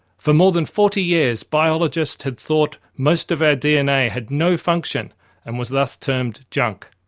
for more than forty years biologists had thought most of our dna had no function and was thus termed junk,